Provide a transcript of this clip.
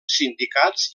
sindicats